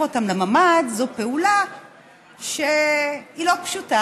אותם לממ"ד זו פעולה שהיא לא פשוטה,